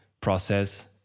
process